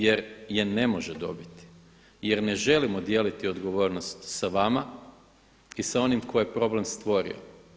Jer je ne može dobiti, jer ne želimo dijeliti odgovornost sa vama i sa onim koji je problem stvorio.